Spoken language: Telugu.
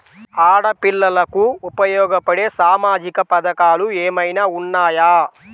ఆడపిల్లలకు ఉపయోగపడే సామాజిక పథకాలు ఏమైనా ఉన్నాయా?